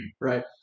Right